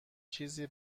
چیزی